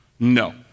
No